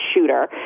shooter